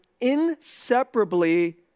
inseparably